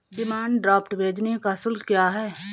Demand draft भेजने का शुल्क क्या है?